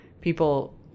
People